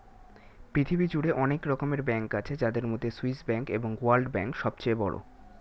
পৃথিবী জুড়ে অনেক রকমের ব্যাঙ্ক আছে যাদের মধ্যে সুইস ব্যাঙ্ক এবং ওয়ার্ল্ড ব্যাঙ্ক সবচেয়ে বড়